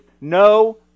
No